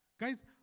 Guys